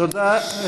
תודה.